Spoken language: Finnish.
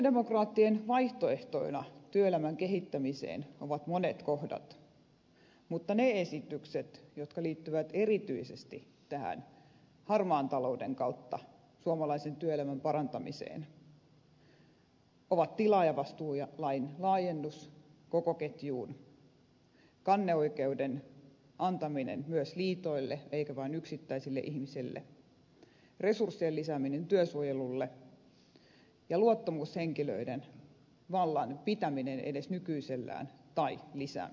sosialidemokraattien vaihtoehtoina työelämän kehittämiseen ovat monet kohdat mutta ne esitykset jotka liittyvät erityisesti harmaan talouden kautta suomalaisen työelämän parantamiseen ovat tilaajavastuulain laajennus koko ketjuun kanneoikeuden antaminen myös liitoille eikä vain yksittäisille ihmisille resurssien lisääminen työsuojelulle ja luottamushenkilöiden vallan pitäminen edes nykyisellään tai lisääminen tiedonsaantiin